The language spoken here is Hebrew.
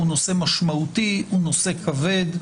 הוא נושא משמעותי וכבד.